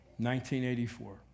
1984